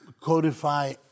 codify